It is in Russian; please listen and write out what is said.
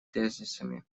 тезисами